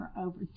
over